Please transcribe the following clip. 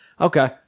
okay